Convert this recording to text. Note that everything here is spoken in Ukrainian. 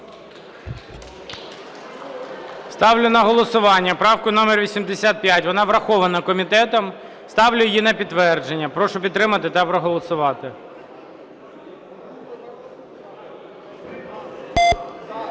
Ставлю на голосування правку номер 85. Вона врахована комітетом. Ставлю її на підтвердження. Прошу підтримати та проголосувати.